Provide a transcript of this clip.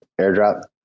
airdrop